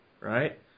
right